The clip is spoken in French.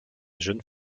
jeune